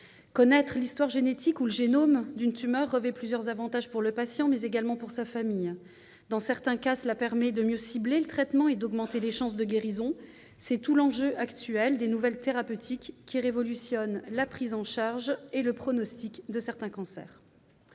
Connaître l'histoire génétique ou le génome d'une tumeur revêt plusieurs avantages pour le patient, mais également pour sa famille. Dans certains cas, cela permet de mieux cibler le traitement et d'augmenter les chances de guérison. C'est tout l'enjeu actuel des nouvelles thérapeutiques qui révolutionnent la prise en charge et le pronostic de certains cancers.